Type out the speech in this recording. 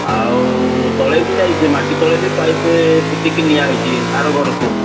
ଆଉ ତଳେ ବି ଯାଇଛି ମାଟି ତଳେ ବି ପାଇପ୍ ପୋତିକି ନିଆ ହେଇଛି ଆର ଘରକୁ